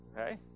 okay